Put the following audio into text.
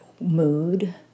mood